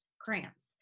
cramps